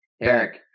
Eric